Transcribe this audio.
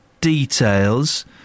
details